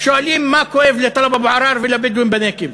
שואלים מה כואב לטלב אבו עראר ולבדואים בנגב